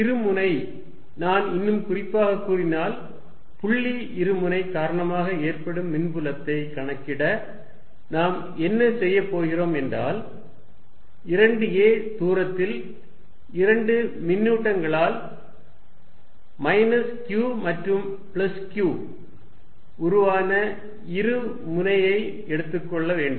இருமுனை நான் இன்னும் குறிப்பாக கூறினால் புள்ளி இருமுனை காரணமாக ஏற்படும் மின்புலத்தை கணக்கிட நாம் என்ன செய்யப் போகிறோம் என்றால் 2a தூரத்தில் 2 மின்னூட்டங்களால் மைனஸ் q மற்றும் பிளஸ் q உருவான இருமுனையை எடுத்துக்கொள்ள வேண்டும்